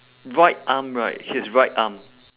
right arm right his right arm